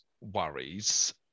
worries